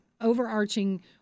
overarching